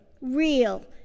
real